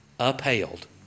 upheld